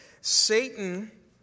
Satan